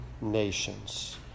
nations